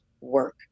work